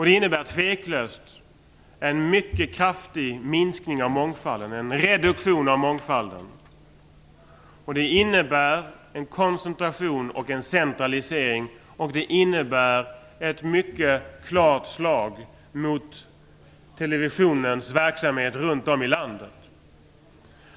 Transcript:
Det innebär tveklöst en mycket kraftig reduktion av mångfalden, och det innebär en koncentration och centralisering samt ett mycket klart slag mot televisionens verksamheter runt om i landet.